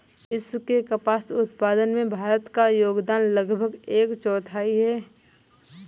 विश्व के कपास उत्पादन में भारत का योगदान लगभग एक चौथाई है